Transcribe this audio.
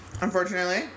unfortunately